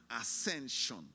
ascension